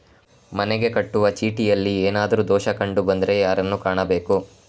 ಮನೆಗೆ ಕಟ್ಟುವ ಚೀಟಿಯಲ್ಲಿ ಏನಾದ್ರು ದೋಷ ಕಂಡು ಬಂದರೆ ಯಾರನ್ನು ಕಾಣಬೇಕು?